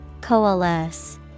Coalesce